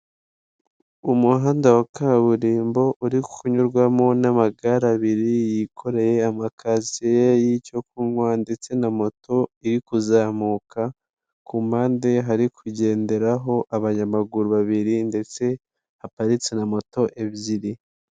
Umuhanda wa kaburimbo uri kunyurwamo n'amagare abiri yikoreye amakaziye, y'icyo kunywa ndetse na moto iri kuzamuka, ku mpande hari kugenderaho abanyamaguru babiri ndetse haparitse na moto ebyiri.